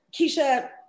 Keisha